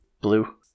blue